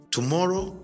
Tomorrow